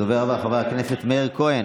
הדובר הבא חבר הכנסת מאיר כהן.